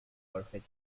perfect